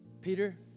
Peter